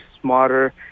smarter